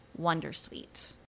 wondersuite